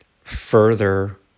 further